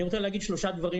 אני רוצה להגיד שלושה דברים,